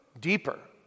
deeper